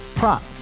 Prop